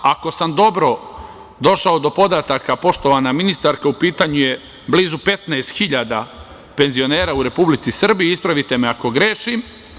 Ako sam dobro došao do podataka, poštovana ministarko, u pitanju je blizu 15.000 penzionera u Republici Srbiji, ispravite me ako grešim.